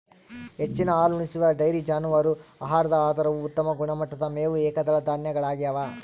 ಹೆಚ್ಚಿನ ಹಾಲುಣಿಸುವ ಡೈರಿ ಜಾನುವಾರು ಆಹಾರದ ಆಧಾರವು ಉತ್ತಮ ಗುಣಮಟ್ಟದ ಮೇವು ಏಕದಳ ಧಾನ್ಯಗಳಗ್ಯವ